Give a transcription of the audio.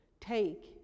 Take